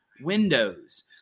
Windows